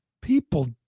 people